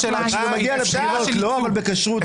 שזה מגיע לבחירות לא, אבל בכשרות כן.